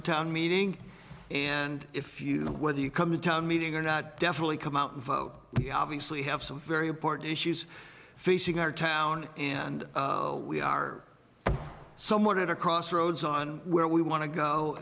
to town meeting and if you go with you come to town meeting or not definitely come out and vote obviously have some very important issues facing our town and we are somewhat at a crossroads on where we want to go